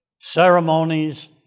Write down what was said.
ceremonies